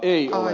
ei ole